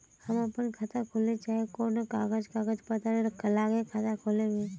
हम अपन खाता खोले चाहे ही कोन कागज कागज पत्तार लगते खाता खोले में?